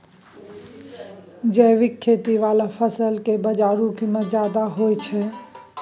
जैविक खेती वाला फसल के बाजारू कीमत ज्यादा होय हय